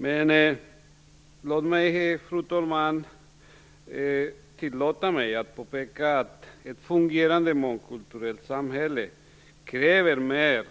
Tillåt mig, fru talman, att påpeka att ett fungerande mångkulturellt samhälle kräver mer